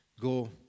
Go